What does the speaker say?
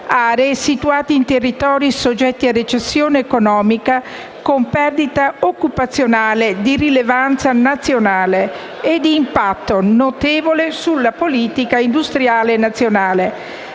aree situate in territori soggetti e recessione economica con perdita occupazionale di rilevanza nazionale e di impatto notevole sulla politica industriale nazionale.